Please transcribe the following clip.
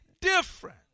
different